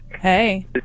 Hey